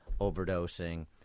overdosing